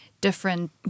different